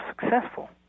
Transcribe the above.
successful